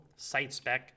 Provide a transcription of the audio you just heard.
SiteSpec